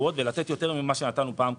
קבועות ולתת יותר ממה שנתנו בפעם הקודמת.